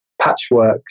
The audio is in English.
patchwork